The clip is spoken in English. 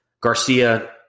Garcia